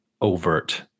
overt